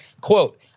Quote